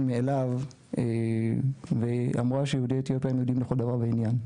מאליו ואמרה שיהודי אתיופיה הם יהודים לכל דבר ועניין.